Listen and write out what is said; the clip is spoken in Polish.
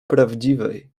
prawdziwej